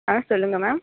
ஆ சொல்லுங்க மேம்